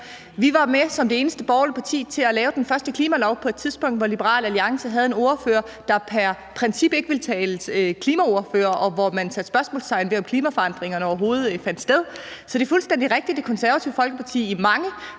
Vi var som det eneste borgerlige parti med til at lave den første klimalov på et tidspunkt, hvor Liberal Alliance havde en ordfører, der pr. princip ikke ville tale klima, og hvor man satte spørgsmålstegn ved, om klimaforandringerne overhovedet fandt sted. Så det er fuldstændig rigtigt, at Det Konservative Folkeparti i mange